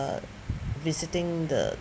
uh visiting the